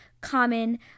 Common